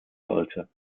sollte